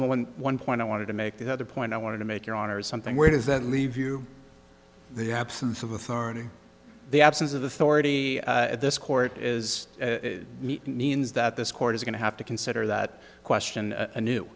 was one point i wanted to make the other point i want to make your honor is something where does that leave you the absence of authority the absence of authority at this court is means that this court is going to have to consider that question a new